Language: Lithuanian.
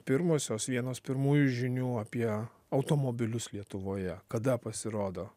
pirmosios vienos pirmųjų žinių apie automobilius lietuvoje kada pasirodo